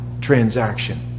transaction